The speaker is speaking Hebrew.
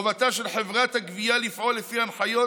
חובתה של חברת הגבייה לפעול לפי הנחיות